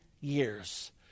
years